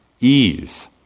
ease